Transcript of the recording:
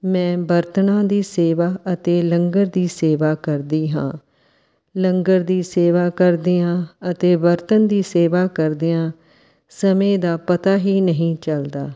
ਮੈਂ ਬਰਤਨਾਂ ਦੀ ਸੇਵਾ ਅਤੇ ਲੰਗਰ ਦੀ ਸੇਵਾ ਕਰਦੀ ਹਾਂ ਲੰਗਰ ਦੀ ਸੇਵਾ ਕਰਦਿਆਂ ਅਤੇ ਬਰਤਨ ਦੀ ਸੇਵਾ ਕਰਦਿਆਂ ਸਮੇਂ ਦਾ ਪਤਾ ਹੀ ਨਹੀਂ ਚੱਲਦਾ